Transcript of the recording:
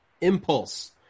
Impulse